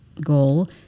goal